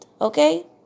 Okay